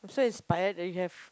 so inspired that you have